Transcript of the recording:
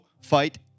fight